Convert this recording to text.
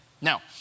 Now